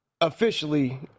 Officially